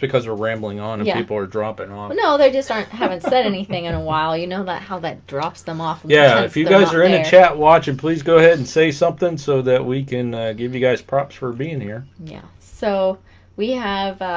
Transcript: because we're rambling on people are dropping off no they just aren't haven't said anything in a while you know that how that drops them off yeah if you guys are in a chat watching please go ahead and say something so that we can give you guys props for being here yeah so we have